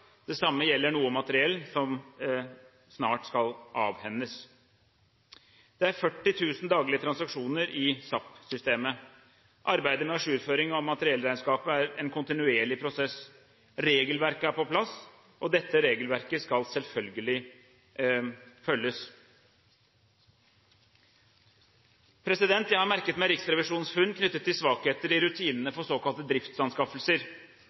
Det samme gjelder noe materiell som snart skal avhendes. Det er 40 000 daglige transaksjoner i SAP-systemet. Arbeidet med ajourføring av materiellregnskapet er en kontinuerlig prosess. Regelverket er på plass, og dette regelverket skal selvfølgelig følges. Jeg har merket meg Riksrevisjonens funn knyttet til svakheter i rutinene for såkalte driftsanskaffelser.